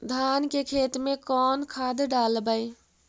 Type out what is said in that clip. धान के खेत में कौन खाद डालबै?